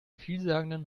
vielsagenden